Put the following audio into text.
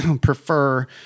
prefer